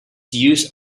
use